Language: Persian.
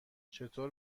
چطور